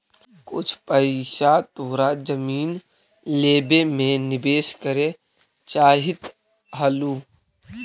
कुछ पइसा तोरा जमीन लेवे में निवेश करे चाहित हलउ